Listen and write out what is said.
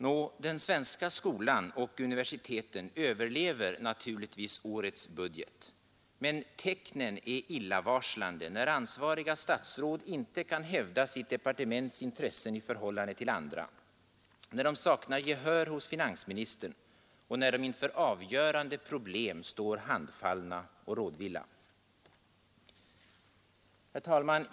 Nå, den svenska skolan och universiteten överlever naturligtvis årets budget. Men tecknen är illavarslande, när ansvariga statsråd inte kan hävda sitt departements intressen i förhållande till andra, när de saknar gehör hos finansministern och när de inför avgörande problem står handfallna och rådvilla. Herr talman!